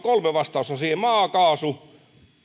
kolme vastausta maakaasu